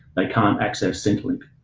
they can't access centrelink.